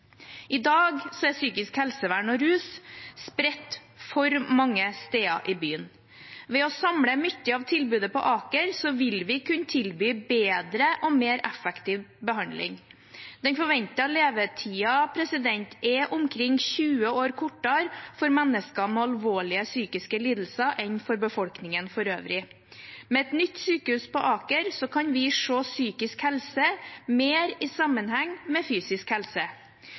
I dag er psykisk helsevern og rus spredt til for mange steder i byen. Ved å samle mye av tilbudet på Aker, vil vi kunne tilby bedre og mer effektiv behandling. Den forventede levetiden er omkring 20 år kortere for mennesker med alvorlige psykiske lidelser enn for befolkningen for øvrig. Med et nytt sykehus på Aker kan vi se psykisk helse mer i sammenheng med fysisk helse.